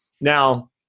Now